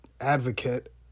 advocate